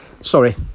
Sorry